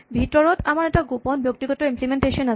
ভিতৰত আমাৰ এটা গোপন ব্যক্তিগত ইম্লিমেন্টেচন আছে